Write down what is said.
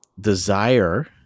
desire